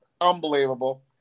unbelievable